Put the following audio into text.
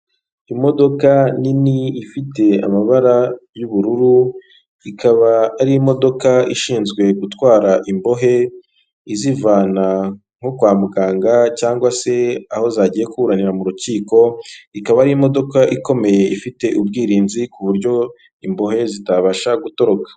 Imodoka nini ifite amabara y'ubururu, ikaba ari imodoka ishinzwe gutwara imbohe izivana nko kwa muganga, cyangwa se aho zagiye kuburanira mu rukiko, ikaba ari imodoka ikomeye ifite ubwirinzi ku buryo imbohe zitabasha gutoroka.